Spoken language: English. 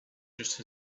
just